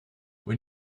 when